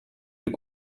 riri